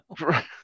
Right